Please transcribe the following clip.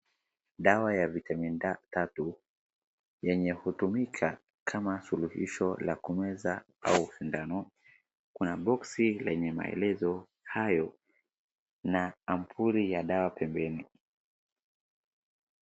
Dawa ya vitamini D tatu yenye hutumika kama suluhisho la kumeza au sindano. Kuna boksi lenye maelezo hayo na ampuli nya dawa pembeni.